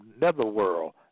netherworld